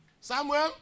Samuel